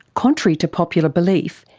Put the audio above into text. contrary to popular belief,